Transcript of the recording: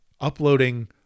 uploading